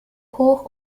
hoch